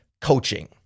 coaching